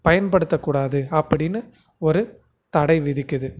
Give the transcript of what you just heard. பயன்படுத்தக்கூடாது அப்படின்னு ஒரு தடை விதிக்குது